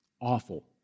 awful